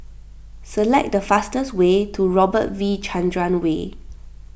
select the fastest way to Robert V Chandran Way